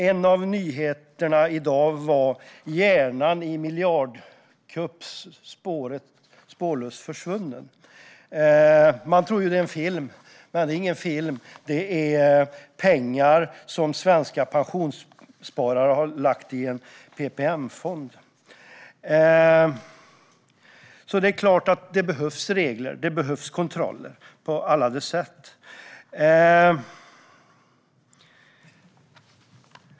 En av nyhetsrubrikerna i dag var "'Hjärnan' i miljardkupp spårlöst försvunnen". Man tror att det handlar om en film, men det gör det inte. Det handlar i stället om pengar som svenska pensionssparare har lagt i en PPM-fond. Regler och kontroll behövs såklart på alla sätt.